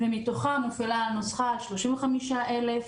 מתוכם הופעלה הנוסחה 35 אלף,